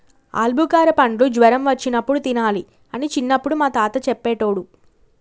ఆల్బుకార పండ్లు జ్వరం వచ్చినప్పుడు తినాలి అని చిన్నపుడు మా తాత చెప్పేటోడు